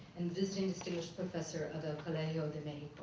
and visiting distinguished professor of el colegio